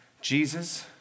Jesus